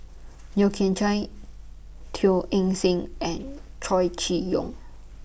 Yeo Kian Chye Teo Eng Seng and Chow Chee Yong